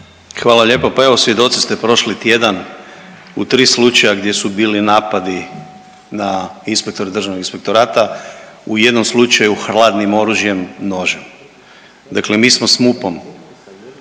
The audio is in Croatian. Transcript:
Hvala lijepo. Pa evo svjedoci ste prošli tjedan u tri slučaja gdje su bili napadi na inspektore Državnog inspektorata. U jednom slučaju hladnim oružjem, nožom. Dakle, mi smo s MUP-om,